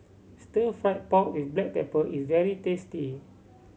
Stir Fried Pork With Black Pepper is very tasty